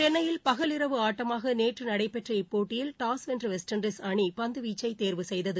சென்னையில் பகல் இரவு ஆட்டமாக நேற்று நடைபெற்ற இப்போட்டியில் டாஸ் வென்ற வெஸ்ட்இண்டஸ் அணி பந்துவீச்சை தேர்வு செய்தது